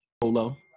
Polo